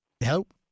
Help